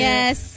Yes